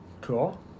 Cool